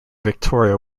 victoria